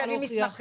תביאי מסמך כזה,